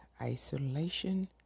isolation